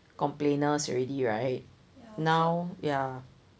complainers already right now ya